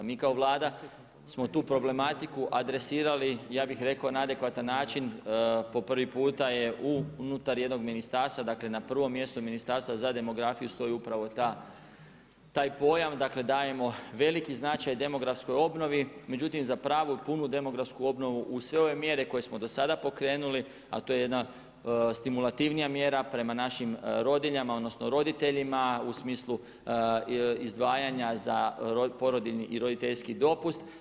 Mi kao Vlada smo tu problematiku adresirali na adekvatan način po prvi puta je unutar jednog ministarstva na prvom mjestu Ministarstva za demografiju stoji upravo taj pojam, dakle dajemo veliki značaj demografskoj obnovi, međutim za pravu i punu demografsku obnovu uz sve ove mjere koje smo do sada pokrenuli, a to je jedna stimulativnija mjera prema našim roditeljima odnosno rodiljama u smislu izdvajanja za porodiljni i roditeljski dopust.